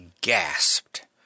gasped